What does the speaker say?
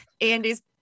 Andy's